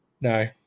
No